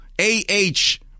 A-H